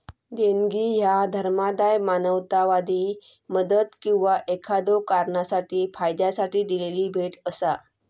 देणगी ह्या धर्मादाय, मानवतावादी मदत किंवा एखाद्यो कारणासाठी फायद्यासाठी दिलेली भेट असा